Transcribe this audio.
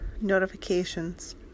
notifications